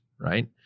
right